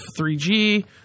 3G